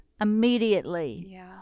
immediately